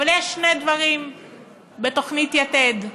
אבל יש שני דברים בתוכנית יתד: